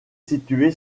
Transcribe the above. situé